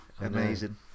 amazing